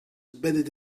embedded